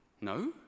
No